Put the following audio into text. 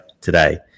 today